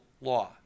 law